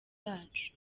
yacu